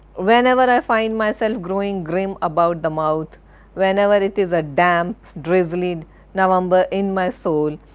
whenever i find myself growing grim about the mouth whenever it is a damp, drizzly november in my soul